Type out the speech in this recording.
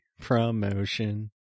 Promotion